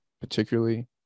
particularly